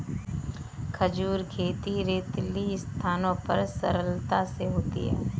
खजूर खेती रेतीली स्थानों पर सरलता से होती है